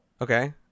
Okay